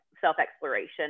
self-exploration